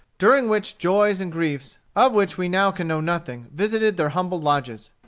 during which joys and griefs, of which we now can know nothing, visited their humble lodges.